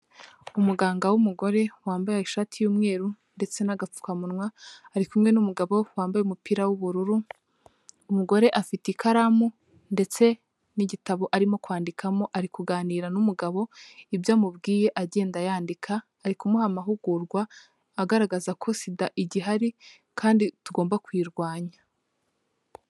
Umuganga w'umugore wambaye ishati y'umweru ndetse n'agapfukamunwa ari kumwe n'umugabo wambaye umupira w'ubururu, umugore afite ikaramu ndetse n'igitabo arimo kwandikamo ari kuganira n'umugabo ibyo amubwiye agenda yandika, ari kumuha amahugurwa agaragaza ko sida igihari kandi tugomba kuyirwanya.